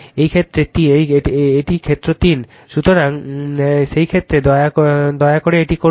এই ক্ষেত্রে 3 সুতরাং সেই ক্ষেত্রে দয়া করে এটি করুন